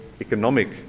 economic